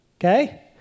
okay